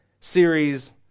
series